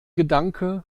gedanke